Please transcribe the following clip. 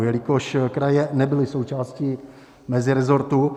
Jelikož kraje nebyly součástí mezirezortu.